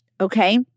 Okay